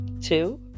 two